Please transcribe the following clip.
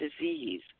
disease